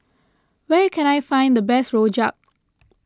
where can I find the best Rojak